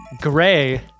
gray